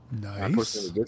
Nice